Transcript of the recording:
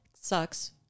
sucks